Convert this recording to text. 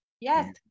yes